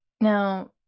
Now